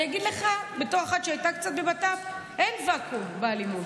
אני אגיד לך בתור אחת שהייתה קצת בבט"פ: אין ואקום באלימות.